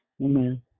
Amen